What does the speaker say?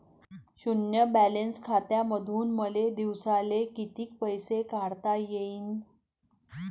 शुन्य बॅलन्स खात्यामंधून मले दिवसाले कितीक पैसे काढता येईन?